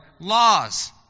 laws